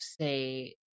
say